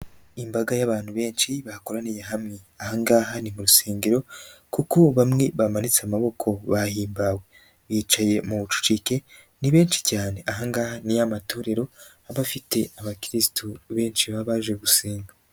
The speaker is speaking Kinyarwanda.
Imbaga y'abantu benshi bakoraniye hamwe, ahangaha ni mu rusengero kuko bamwe bamanitse amaboko bahimbawe, bicaye mu bucucike ni benshi cyane. Ahangaha ni ya matorero abafite abakristu benshi baba baje gusenga.